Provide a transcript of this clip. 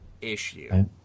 issue